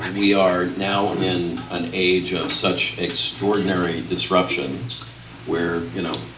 and we are now in an age of such extraordinary disruption where, you know,